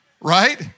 Right